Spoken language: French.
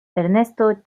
ernesto